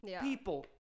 people